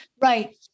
right